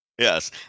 Yes